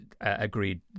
agreed